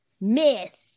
myth